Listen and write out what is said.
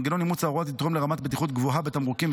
מנגנון אימוץ ההוראות יתרום לרמת בטיחות גבוהה בתמרוקים,